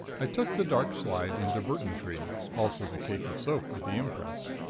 i took the dark slide into burtontree, also the cake of soap with the impress.